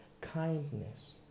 kindness